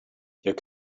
your